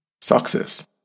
Success